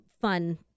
fun